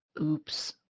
Oops